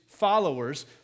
Followers